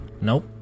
Nope